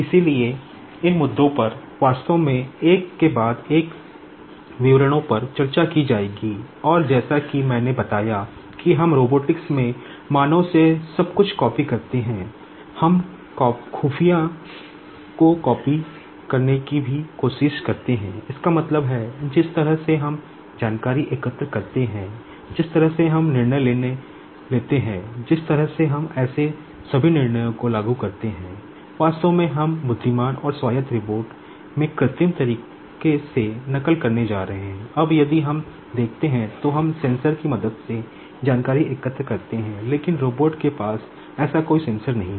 इसलिए उन मुद्दों पर वास्तव में एक के बाद एक विवरणों पर चर्चा की जाएगी और जैसा कि मैंने बताया कि हम रोबोटिक्स की मदद से जानकारी एकत्र करते हैं लेकिन रोबोट के पास ऐसा कोई सेंसर नहीं है